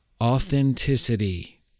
authenticity